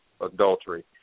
Adultery